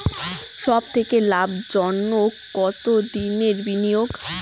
সবথেকে বেশি লাভজনক কতদিনের বিনিয়োগ?